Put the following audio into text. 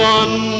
one